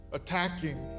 attacking